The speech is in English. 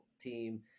team